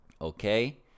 okay